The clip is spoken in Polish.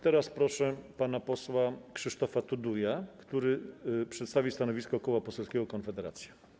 Teraz proszę pana posła Krzysztofa Tuduja, który przedstawi stanowisko koła poselskiego Konfederacja.